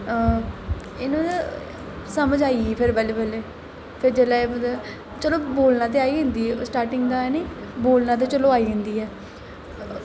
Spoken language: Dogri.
इ'यां ना समझ आई गेई थोह्ड़ी बल्लैं बल्लैं चलो बोलनी ते है गै हिन्दी स्टार्टिंग दा हैनी बोलना ते चलो आई जंदी ऐ